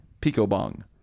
Pico-Bong